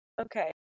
Okay